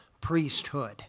priesthood